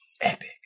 Epic